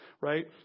Right